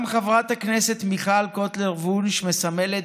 גם חברת הכנסת מיכל קוטלר וונש מסמלת